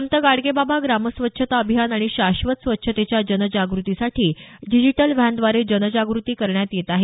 संत गाडगेबाबा ग्रामस्वच्छता अभियान आणि शाश्वत स्वच्छतेच्या जनजागृतीसाठी डिजिटल व्हॅनद्वारे जनजागृती करण्यात येत आहे